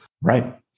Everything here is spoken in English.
Right